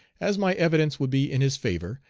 as my evidence would be in his favor,